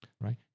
Right